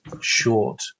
short